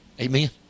Amen